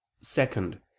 Second